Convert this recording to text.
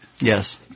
Yes